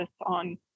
on